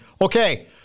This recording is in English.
okay